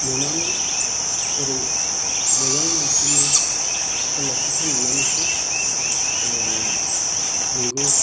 नुनानै जेरै मोजां मानसिनि आखल आखुखौ नुनानैसो नंगौ